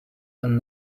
and